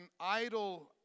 idle